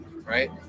Right